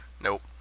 nope